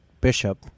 Bishop